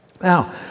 Now